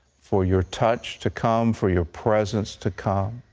for your touch to come. for your presence to come.